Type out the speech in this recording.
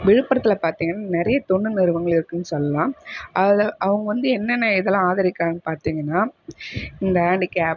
விழுப்புரத்தில் பார்த்திங்கன்னா நிறைய தொண்டு நிறுவனங்கள் இருக்குனு சொல்லாம் அவங்க வந்து என்னென்ன இதெல்லாம் ஆதரிக்கிறாங்கனு பார்த்திங்கன்னா இந்த ஆன்டிகேப்ட்